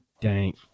dank